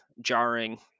jarring